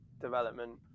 development